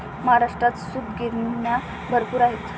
महाराष्ट्रात सूतगिरण्या भरपूर आहेत